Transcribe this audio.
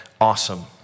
awesome